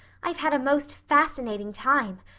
i've had a most fascinating time.